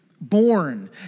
born